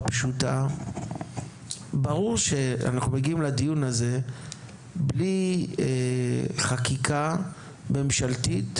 ברור שאנחנו מגיעים לדיון הזה בלי חקיקה ממשלתית